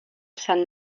sant